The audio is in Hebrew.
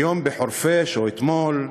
היום בחורפיש, או אתמול,